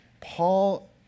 Paul